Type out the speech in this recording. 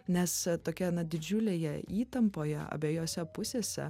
nes tokia na didžiulėje įtampoje abejose pusėse